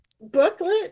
booklet